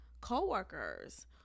co-workers